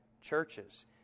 churches